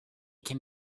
can